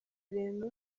bintu